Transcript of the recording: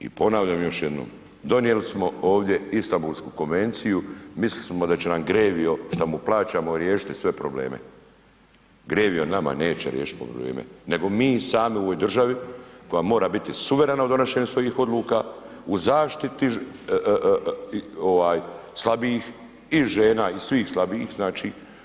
I ponavljam još jednom donijeli smo ovdje Istanbulsku konvenciju mislili smo da će nam GREVIO šta mu plaćamo riješiti sve probleme, GREVIO nama neće riješiti probleme nego mi sami u ovoj državi koja mora biti suverena u donošenju svojih odluka, u zaštiti ovaj slabijih i žena i svih slabijih znači.